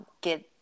get